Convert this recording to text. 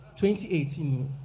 2018